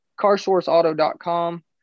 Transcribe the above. CarSourceAuto.com